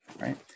right